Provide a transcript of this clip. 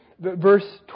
Verse